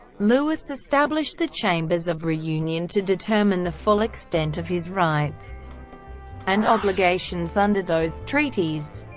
louis established the chambers of reunion to determine the full extent of his rights and obligations under those treaties.